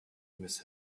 miss